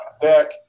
deck